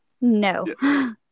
no